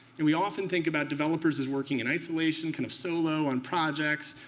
and we often think about developers as working in isolation, kind of solo on projects,